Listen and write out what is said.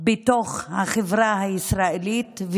בתוך החברה הישראלית,